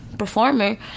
performer